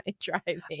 driving